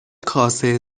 کاسه